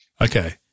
okay